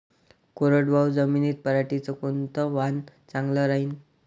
कोरडवाहू जमीनीत पऱ्हाटीचं कोनतं वान चांगलं रायीन?